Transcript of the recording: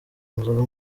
nzoga